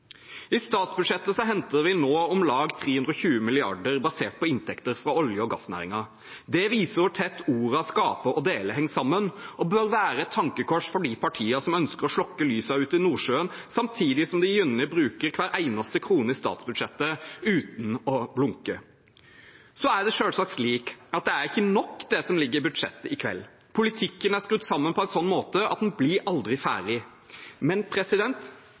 I statsbudsjettet henter vi nå om lag 320 mrd. kr basert på inntekter fra olje- og gassnæringen. Det viser hvor tett ordene «skape» og «dele» henger sammen, og det bør være et tankekors for de partiene som ønsker å slukke lysene uti Nordsjøen samtidig som de gjerne bruker hver eneste krone i statsbudsjettet uten å blunke. Så er det selvsagt slik at det ikke er nok, det som ligger i budsjettet i kveld. Politikken er skrudd sammen på en slik måte at en aldri blir ferdig. Men